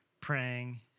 praying